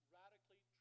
radically